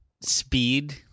speed